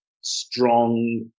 strong